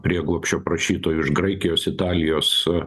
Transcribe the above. prieglobsčio prašytojų iš graikijos italijos